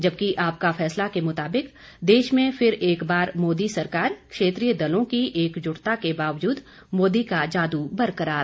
जबकि आपका फैसला के मुताबिक देश में फिर एक बार मोदी सरकार क्षेत्रीय दलों की एकजुटता के बावजूद मोदी का जादू बरकरार